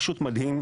פשוט מדהים,